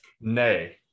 Nay